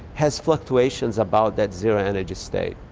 has fluctuations about that zero energy state.